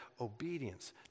obedience